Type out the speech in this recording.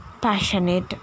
passionate